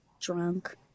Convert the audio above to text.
drunk